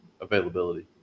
availability